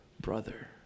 brother